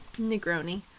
Negroni